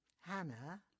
Hannah